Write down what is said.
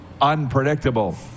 unpredictable